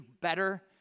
better